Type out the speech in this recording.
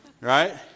Right